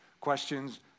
Questions